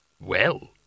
Well